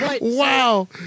wow